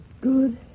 Good